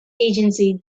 agency